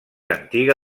antiga